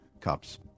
cups